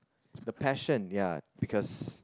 the passion ya because